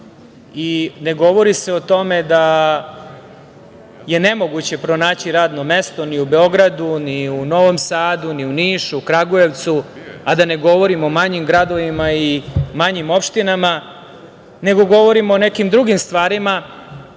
i ne govori se o tome da je nemoguće pronaći radno mesto ni u Beogradu, ni u Novom Sadu, ni u Nišu, Kragujevcu, a da ne govorim o manjim gradovima i manjim opštinama, nego govorim o nekim drugim stvarima,